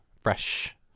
fresh